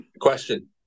Question